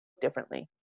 differently